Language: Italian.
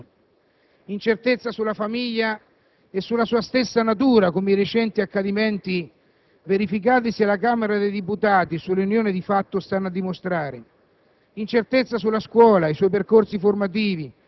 ma ritengo che questo non giovi a nessuno: incertezza sulla famiglia e sulla sua stessa natura, come i recenti accadimenti verificatisi alla Camera dei deputati sulle unioni di fatto stanno a dimostrare;